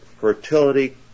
fertility